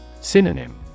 Synonym